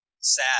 sad